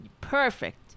Perfect